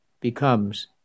becomes